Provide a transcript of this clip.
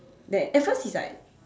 like at first he's like